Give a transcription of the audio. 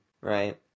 right